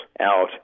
out